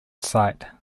site